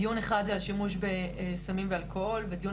דיון אחד הוא על שימוש בסמים ואלכוהול ודיון